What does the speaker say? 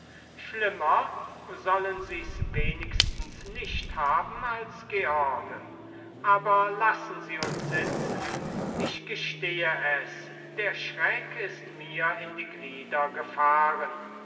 schlimmer sollen sie's wenigstens nicht haben als george aber lassen sie uns sitzen ich gestehe es der schreck ist mir in die glieder gefahren